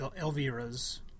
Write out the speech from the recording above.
Elvira's